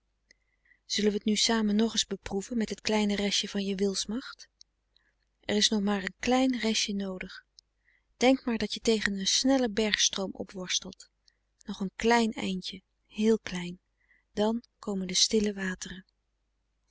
zullen we het nu samen nog eens beproeven met het kleine restje van je wils macht er is nog maar een klein restje noodig denk maar dat je tegen een snellen bergstroom op worstelt nog een klein eindje heel klein dan komen de stille wateren